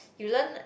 you learn